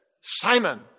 Simon